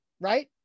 right